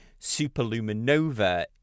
superluminova